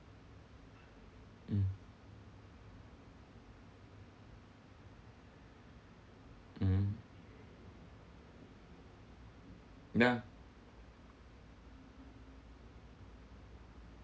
mm mmhmm ya